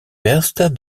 perste